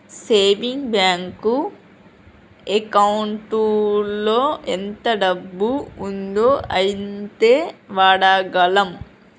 saving bank ఎకౌంటులో ఎంత డబ్బు ఉందో అంతే వాడగలం